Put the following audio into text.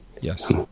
Yes